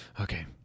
Okay